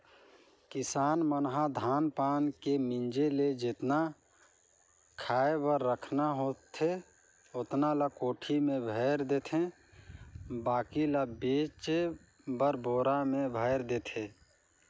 किसान मन ह धान पान के मिंजे ले जेतना खाय बर रखना होथे ओतना ल कोठी में भयर देथे बाकी ल बेचे बर बोरा में भयर देथे